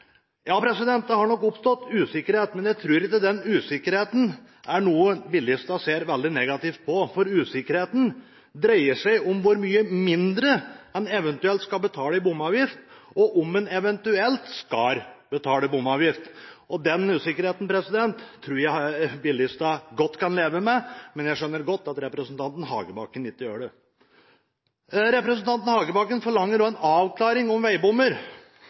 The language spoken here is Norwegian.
Ja, det har nok oppstått usikkerhet, men jeg tror ikke at den usikkerheten er noe som bilistene ser veldig negativt på, for usikkerheten dreier seg om hvor mye mindre en eventuelt skal betale i bomavgift, og om en skal betale bomavgift, og den usikkerheten tror jeg bilistene godt kan leve med. Men jeg skjønner godt at representanten Hagebakken ikke gjør det. Representanten Hagebakken forlanger også en avklaring om veibommer.